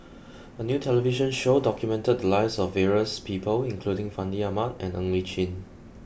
a new television show documented the lives of various people including Fandi Ahmad and Ng Li Chin